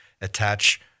attach